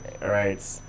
Right